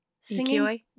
singing